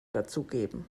dazugeben